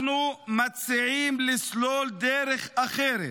אנחנו מציעים לסלול דרך אחרת,